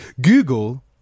google